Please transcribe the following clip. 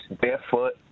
barefoot